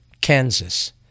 Kansas